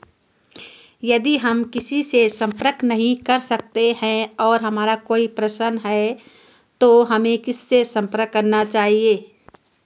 यदि हम किसी से संपर्क नहीं कर सकते हैं और हमारा कोई प्रश्न है तो हमें किससे संपर्क करना चाहिए?